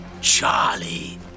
Charlie